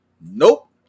Nope